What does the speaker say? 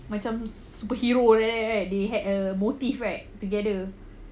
macam superhero right right right they had a motive right together